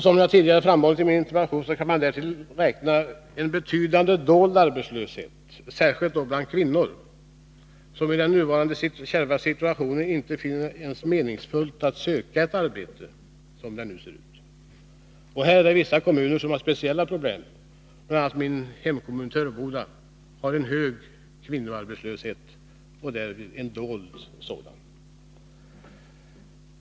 Som jag tidigare framhållit i min interpellation kan man dessutom räkna med en betydande dold arbetslöshet, särskilt bland kvinnor, som i den nuvarande kärva situationen inte ens finner det meningsfullt att söka ett arbete, som det nu ser ut. Vissa kommuner har speciella problem, bl.a. min hemkommun Töreboda, som har hög kvinnoarbetslöshet och därvid en dold arbetslöshet.